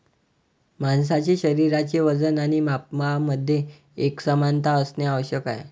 माणसाचे शरीराचे वजन आणि मापांमध्ये एकसमानता असणे आवश्यक आहे